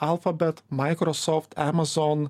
alphabet microsoft amazon